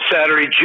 Saturday